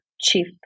chief